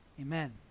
Amen